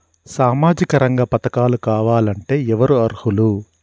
సామాజిక రంగ పథకాలు కావాలంటే ఎవరు అర్హులు?